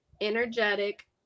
energetic